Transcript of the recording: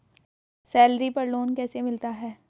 Salary पर loan कैसे मिलता है?